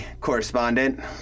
correspondent